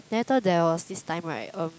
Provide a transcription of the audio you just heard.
then later there was this time right um